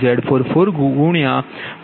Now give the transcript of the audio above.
00